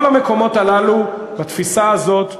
כל המקומות הללו, התפיסה הזאת,